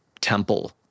temple